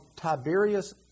Tiberius